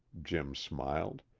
jim smiled.